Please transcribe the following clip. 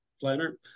planner